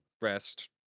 rest